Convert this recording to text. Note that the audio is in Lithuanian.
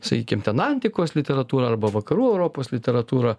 sakykim ten antikos literatūrą arba vakarų europos literatūrą